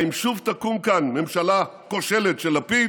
האם שוב תקום כאן ממשלה כושלת של לפיד,